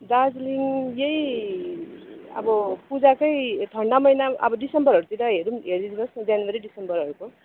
दार्जिलिङ यही अब पूजाकै ठन्डा महिना अब डिसम्बरहरूतिर हेरौँ हेरिदिनुहोस् न जनवरी डिसम्बरहरूको